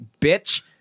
bitch